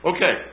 Okay